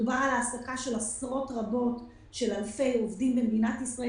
מדובר על העסקה של אלפי עובדים במדינת ישראל